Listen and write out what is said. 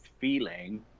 feeling